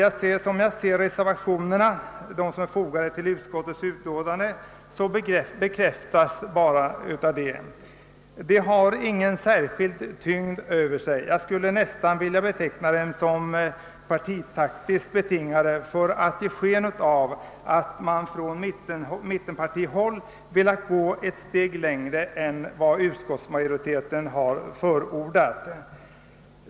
De reservationer som är fogade till utskottets utlåtande bekräftar detta. De har ingen särskild tyngd över sig, och jag skulle nästan vilja beteckna dem som partitaktiskt betingade i syfte att ge sken av att man från mittenpartihåll velat sträcka sig längre än vad utskottsmajoriteten har förordat.